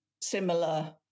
similar